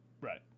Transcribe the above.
Right